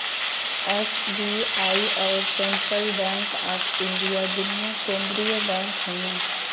SBI अउर Central Bank of India दुन्नो केन्द्रिय बैंक हउअन